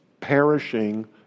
perishing